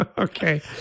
Okay